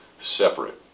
separate